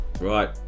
Right